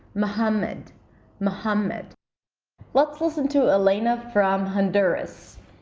mohammad mohammad let's listen to elena from honduras.